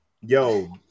yo